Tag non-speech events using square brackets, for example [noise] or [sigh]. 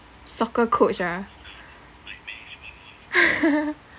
soccer coach ah [laughs]